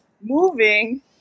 moving